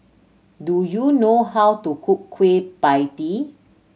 do you know how to cook Kueh Pie Tee